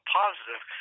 positive